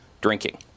drinking